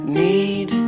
need